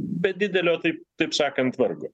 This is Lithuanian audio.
be didelio taip taip sakant vargo